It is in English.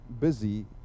busy